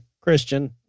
Christian